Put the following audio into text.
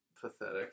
pathetic